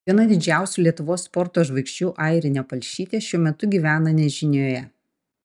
viena didžiausių lietuvos sporto žvaigždžių airinė palšytė šiuo metu gyvena nežinioje